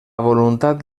voluntat